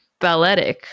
balletic